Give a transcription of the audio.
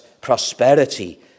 prosperity